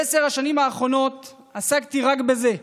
בעשר השנים האחרונות עסקתי רק בזה.